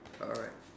alright